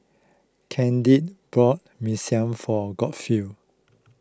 Kendrick bought Mee Sua for Godfrey